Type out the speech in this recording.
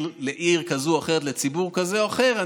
עיר כזו או אחרת לציבור כזה או אחר,